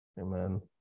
Amen